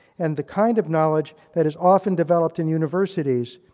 and the kind of knowledge that is often developed in universities,